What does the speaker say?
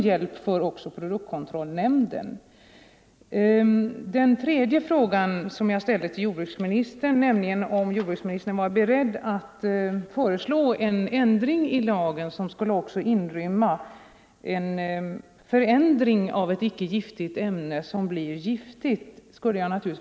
Jag skulle också vara tacksam för svar på den tredje frågan jag ställde till jordbruksministern, nämligen om jordbruksministern är beredd att föreslå en ändring i lagen, så att denna skulle komma att omfatta även det fall då ett icke giftigt ämne omvandlas till ett giftigt.